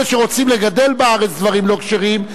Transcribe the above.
אלה שרוצים לגדל בארץ דברים לא כשרים,